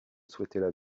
souhaitaient